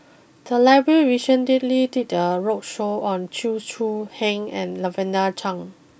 the library did a roadshow on Chew Choo Heng and Lavender Chang